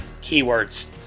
keywords